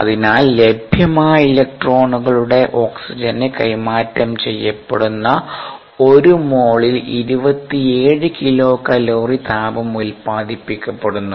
അതിനാൽ ലഭ്യമായ ഇലക്ട്രോണുകളുടെ ഓക്സിജന് കൈമാറ്റം ചെയ്യപ്പെടുന്ന ഒരു മോളിൽ 27 കിലോ കലോറി താപം ഉൽപാദിപ്പിക്കപ്പെടുന്നു